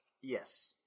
Yes